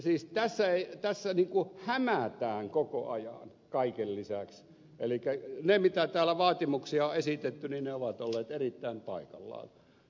siis tässä hämätään koko ajan kaiken lisäksi elikkä ne mitä täällä vaatimuksia on esitetty ovat olleet erittäin paikallaan